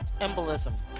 embolism